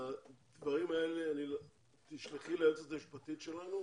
לשלוח את הדברים האלה ליועצת המשפטית שלנו